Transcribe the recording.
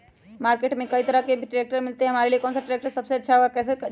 Market में कई तरह के ट्रैक्टर मिलते हैं हमारे लिए कौन सा ट्रैक्टर सबसे अच्छा है कैसे जाने?